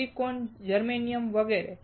silicon germanium વગેરે